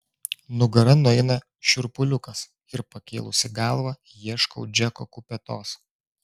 nugara nueina šiurpuliukas ir pakėlusi galvą ieškau džeko kupetos